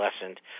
lessened